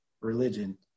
religion